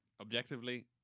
objectively